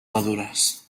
madures